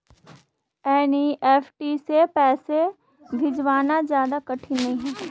NEFT से पैसे भिजवाना ज्यादा कठिन नहीं है